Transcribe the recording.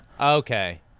Okay